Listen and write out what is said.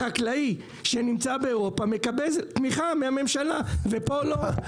החקלאי שנמצא באירופה מקבל תמיכה מהממשלה ופה לא.